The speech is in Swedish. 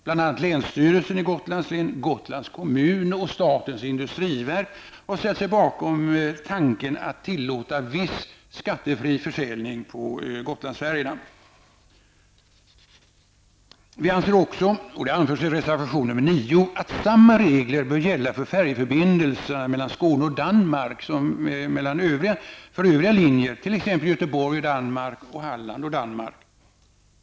Bl.a. länsstyrelsen i Gotlands län, Gotlands kommun och statens industriverk har ställt sig bakom tanken att tillåta viss skattefri försäljning på Vi anser också -- i reservation 9 -- att samma regler bör gälla för färjeförbindelserna mellan Skåne och Danmark samt Halland och Danmark.